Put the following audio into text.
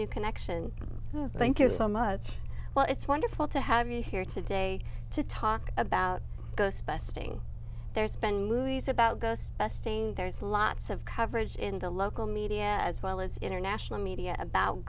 new connection to thank you so much well it's wonderful to have you here today to talk about ghost besting their spend movies about ghosts besting there is lots of coverage in the local media as well as international media about